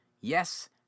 Yes